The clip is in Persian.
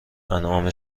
انعام